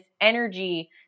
energy